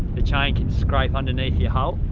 the chain can scrape underneath your helm.